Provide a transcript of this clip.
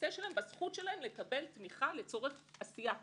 בזכות שלהם לקבל תמיכה לצורך עשייה תרבותית.